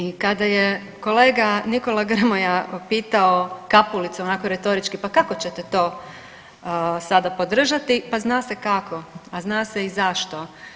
I kada je kolega Nikola Grmoja pitao Kapulicu onako retorički pa kako ćete to sada podržati, pa zna se kako, a zna se i zašto.